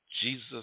Jesus